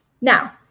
now